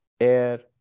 air